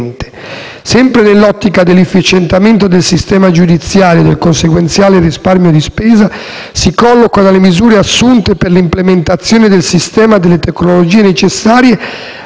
Sempre nell'ottica dell'efficientamento del sistema giudiziario e del conseguente risparmio di spesa, si collocano le misure assunte per l'implementazione del sistema delle tecnologie necessarie